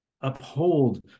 uphold